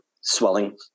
swelling